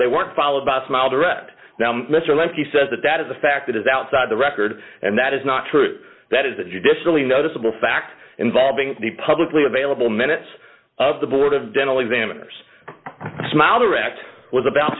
they weren't followed by a smile direct now mr lemke says that that is a fact that is outside the record and that is not true that is the judicially noticeable fact involving the publicly available minutes of the board of dental examiners smiler act was about